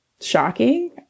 shocking